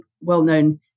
well-known